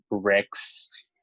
bricks